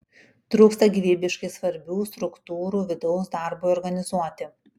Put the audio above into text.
trūksta gyvybiškai svarbių struktūrų vidaus darbui organizuoti